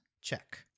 check